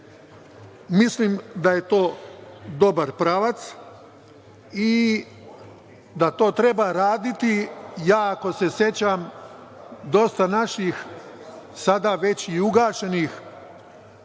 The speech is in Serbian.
Mislim da je to dobar pravac i da to treba raditi. Koliko se sećam, dosta naših, sada već i ugašenih